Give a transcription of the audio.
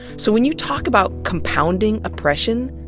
so when you talk about compounding oppression,